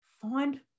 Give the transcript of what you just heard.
find